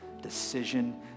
decision